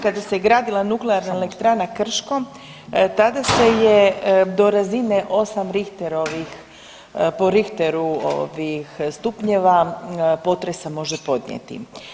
Kada se gradila Nuklearna elektrana Krško tada se je do razine 8 Richterovih, po Richteru ovih stupnjeva potresa može podnijeti.